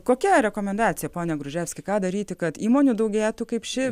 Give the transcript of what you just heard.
kokia rekomendacija pone gruževski ką daryti kad įmonių daugėtų kaip ši